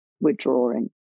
withdrawing